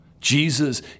Jesus